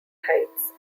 heights